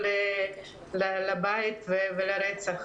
לבית ולרצח.